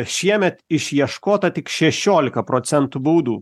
šiemet išieškota tik šešiolika procentų baudų